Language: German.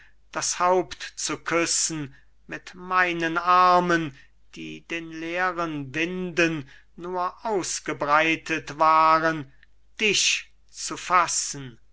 das haupt zu küssen mit meinen armen die den leeren winden nur ausgebreitet waren dich zu fassen